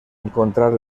encontrar